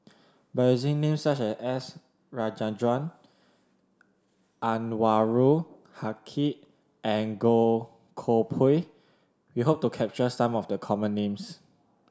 by using names such as S Rajendran Anwarul Haque and Goh Koh Pui we hope to capture some of the common names